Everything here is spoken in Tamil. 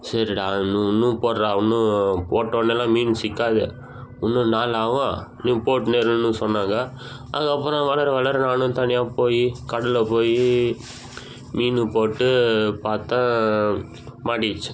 சரிடா நீ இன்னும் போடுறா இன்னும் போட்டவொடன்னெலாம் மீன் சிக்காது இன்னும் நாள் ஆகும் நீ போட்டுகின்னே இருன்னு சொன்னாங்க அதுக்கப்புறம் வளர வளர நானும் தனியாக போய் கடலில் போய் மீன் போட்டு பார்த்தேன் மாட்டிக்கிச்சு